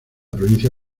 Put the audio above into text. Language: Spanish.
provincia